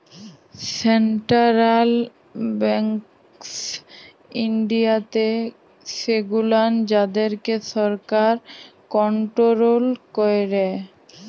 central banks ইনডিয়াতে সেগুলান যাদেরকে সরকার কনটোরোল ক্যারে